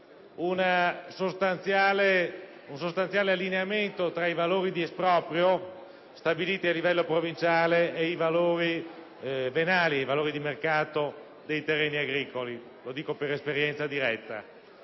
un sostanziale allineamento tra i valori di esproprio stabiliti a livello provinciale e i valori venali di mercato dei terreni agricoli. Lo dico per esperienza diretta.